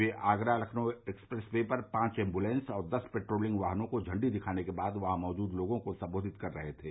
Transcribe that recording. वह Agra Lucknow expressway पर पांच एम्बुलेस और दस पेट्रोलिंग वाहनों को झंडी दिखाने के बाद वहां मौजूद लोगों को संबोधित कर रहे थे